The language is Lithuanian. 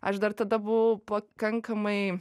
aš dar tada buvau pakankamai